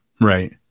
Right